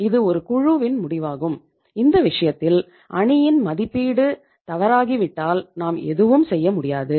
இது ஒரு குழுவில் முடிவாகும் இந்த விஷயத்தில் அணியின் மதிப்பீடு தவறாகிவிட்டால் நாம் எதுவும் செய்ய முடியாது